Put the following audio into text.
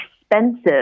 expensive